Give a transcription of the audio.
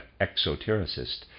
exotericist